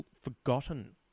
forgotten